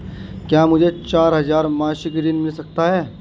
क्या मुझे चार हजार मासिक ऋण मिल सकता है?